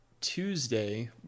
Tuesday